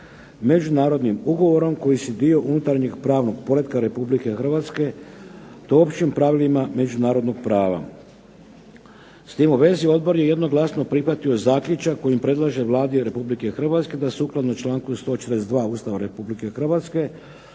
međunarodnim ugovorima koji su dio unutarnjeg pravnog poretka Republike Hrvatske te općim pravilima međunarodnog prava. S tim u vezi Odbor je jednoglasno prihvatio zaključak kojim predlaže Vladi Republike Hrvatske da sukladno članku 142. Ustava Republike Hrvatske